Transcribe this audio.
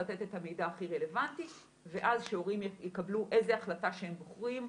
לתת את המידע הכי רלוונטי ואז שהורים יקבלו איזה החלטה שהם בוחרים.